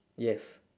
yes